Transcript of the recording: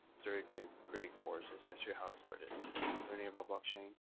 it's a great course it's actually how i started learning about blockchain.